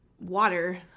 water